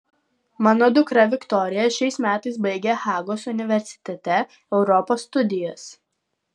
mano dukra viktorija šiais metais baigia hagos universitete europos studijas